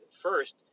first